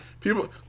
people